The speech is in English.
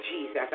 Jesus